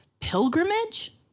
pilgrimage